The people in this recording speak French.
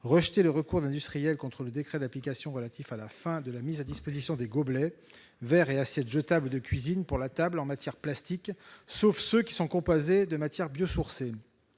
rejeté le recours d'industriels contre le décret d'application relatif à la fin de la mise à disposition des gobelets, verres et assiettes jetables de cuisine pour la table en matière plastique, sauf ceux composés de matières biosourcées.